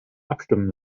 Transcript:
abstimmen